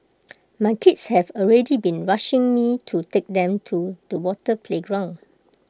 my kids have already been rushing me to take them to the water playground